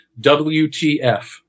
WTF